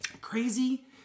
Crazy